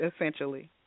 essentially